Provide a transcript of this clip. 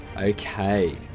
Okay